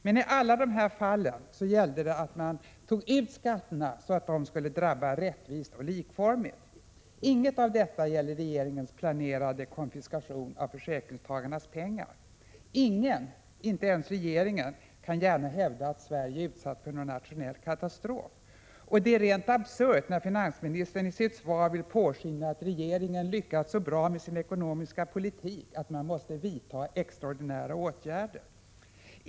Men i alla de här fallen gällde det att man tog ut skatterna så att de skulle drabba rättvist och likformigt. Inget av detta gäller regeringens planerade konfiskation av försäkringstagarnas pengar. Ingen, inte ens regeringen, kan gärna hävda att Sverige är utsatt för någon nationell katastrof, och det är rent absurt när finansministern i sitt svar låter påskina att regeringen har lyckats så bra med sin ekonomiska politik att man måste vidta extraordinära åtgärder.